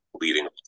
leading